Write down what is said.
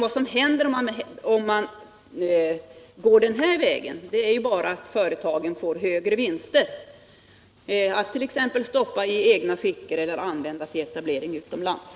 Vad som händer om man väljer den väg herr Svensson anvisar är bara att företagen får högre vinster att t.ex. stoppa i egna fickor eller använda till etablering utomlands.